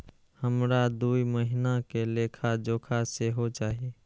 हमरा दूय महीना के लेखा जोखा सेहो चाही